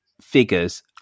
figures